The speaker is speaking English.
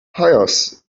hires